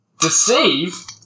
deceive